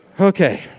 Okay